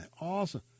awesome